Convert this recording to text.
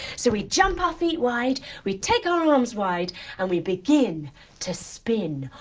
so we jump our feet wide, we take our arms wide and we begin to spin,